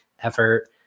effort